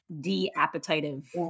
de-appetitive